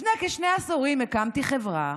לפני כשני עשורים הקמתי חברה,